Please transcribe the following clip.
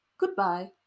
Goodbye